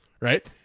Right